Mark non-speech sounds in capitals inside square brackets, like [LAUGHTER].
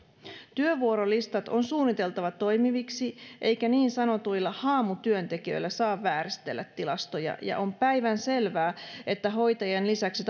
työvuorolistat on suunniteltava toimiviksi eikä niin sanotuilla haamutyöntekijöillä saa vääristellä tilastoja ja on päivänselvää että hoitajien lisäksi [UNINTELLIGIBLE]